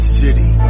city